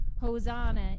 Hosanna